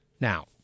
Now